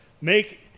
make